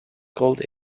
called